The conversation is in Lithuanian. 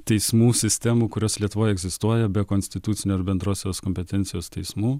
teismų sistemų kurios lietuvoj egzistuoja be konstitucinio ir bendrosios kompetencijos teismų